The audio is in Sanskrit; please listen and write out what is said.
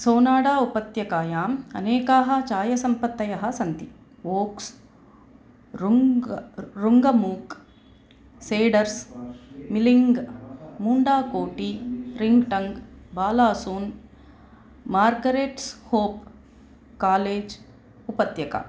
सोनाडा उपत्यकायाम् अनेकाः चायसम्पत्तयः सन्ति ओक्स् रुङ्ग् रुङ्गमूक् सेडर्स् मिलिङ्ग् मूण्डाकोटी रिङ्ग्टङ्ग् बालासून् मार्गरेट्स् होप् कालेज् उपत्यका